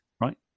Right